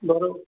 बराबरि